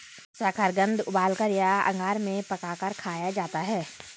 शकरकंद उबालकर या आग में पकाकर खाया जाता है